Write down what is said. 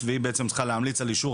והיא בעצם צריכה להמליץ על אישורה,